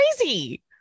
crazy